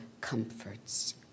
comforts